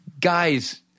Guys